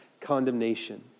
condemnation